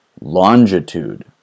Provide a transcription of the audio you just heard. longitude